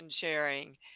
sharing